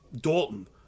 Dalton